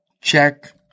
Check